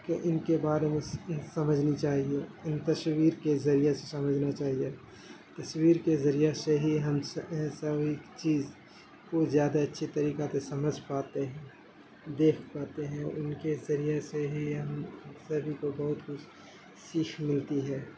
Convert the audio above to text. کہ ان کے بارے میں سمجھنی چاہیے ان تصویر کے ذریعے سے سمجھنا چاہیے تصویر کے ذریعہ سے ہی ہم سبھی چیز کو زیادہ اچھے طریقہ سے سمجھ پاتے ہیں دیکھ پاتے ہیں ان کے ذریعے سے ہی ہم سبھی کو بہت کچھ سیکھ ملتی ہے